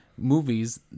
movies